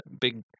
big